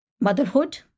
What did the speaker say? motherhood